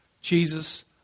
Jesus